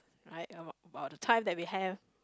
right about about the time that we have